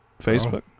Facebook